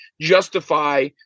justify